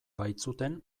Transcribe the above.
baitzuten